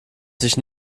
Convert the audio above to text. sich